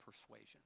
persuasion